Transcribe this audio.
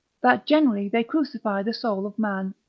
that generally they crucify the soul of man,